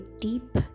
deep